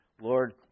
Lord